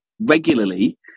regularly